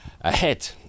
ahead